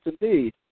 indeed